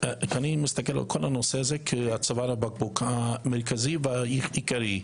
אני מסתכל על כל הנושא הזה כצוואר הבקבוק המרכזי והעיקרי,